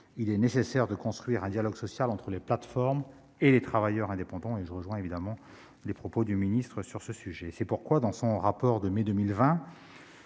Il est nécessaire de construire un dialogue social entre les plateformes et les travailleurs indépendants. Je partage le point de vue de M. le secrétaire d'État sur ce sujet. C'est pourquoi, dans son rapport de mai 2020